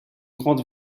grande